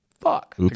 fuck